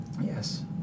Yes